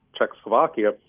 Czechoslovakia